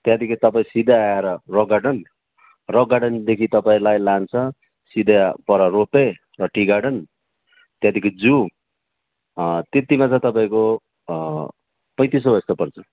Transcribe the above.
त्यहाँदेखि तपाईँ सिधै आएर रक गार्डन रक गार्डनदेखि तपाईँलाई लान्छ सिधै पर रोपवे र टी गार्डन त्यहाँदेखि जू त्यतिमा तपाईँको पैँतिस सौ जस्तो पर्छ